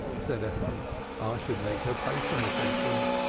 said ephraim. i should make her pay for her tantrums.